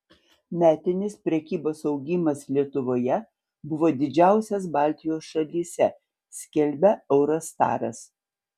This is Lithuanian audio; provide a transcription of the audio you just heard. metinis prekybos augimas lietuvoje buvo didžiausias baltijos šalyse skelbia eurostatas